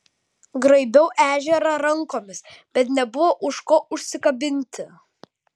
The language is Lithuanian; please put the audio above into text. graibiau ežerą rankomis bet nebuvo už ko užsikabinti